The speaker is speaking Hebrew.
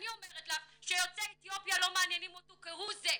אני אומרת לך שיוצאי אתיופיה לא מעניינים אותו כהוא זה.